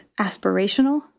aspirational